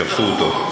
לא התנדב, שלחו אותו.